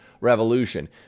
revolution